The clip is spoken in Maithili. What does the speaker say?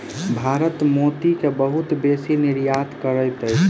भारत मोती के बहुत बेसी निर्यात करैत अछि